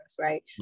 right